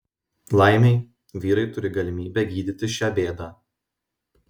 laimei vyrai turi galimybę gydytis šią bėdą